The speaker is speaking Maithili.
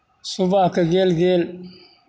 सुबहके गेल गेल